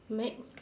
meg